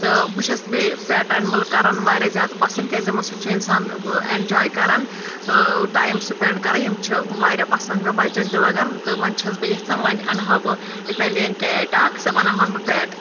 تہٕ بہٕ چھَس بیٚیہِ پٮ۪ٹ اَنِمٕل کَران واریاہ زیادٕ پَسنٛد کیٛازِ یِمَن سۭتۍ چھُ اِنسان وٕ اٮ۪نجاے کَران ٹایِم سٕپٮ۪نٛڈ کَران یِم چھِ واریاہ پَسنٛد مےٚ بَچَن تہِ لَگَن تہٕ وۄنۍ چھَس بہٕ یَژھان وۄنۍ اَنہٕ ہا بہٕ اِٹیلیَن کیٹ اَکھ سۄ بَناوہَن بہٕ پٮ۪ٹ